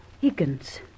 Higgins